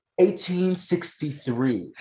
1863